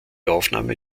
aufnahme